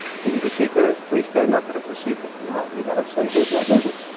can you be secretive? please stand up, but it's a secret. no. you got to say, here's my vision.